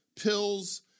pills